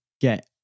get